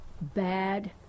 bad